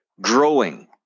growing